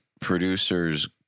producers